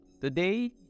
today